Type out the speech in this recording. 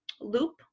loop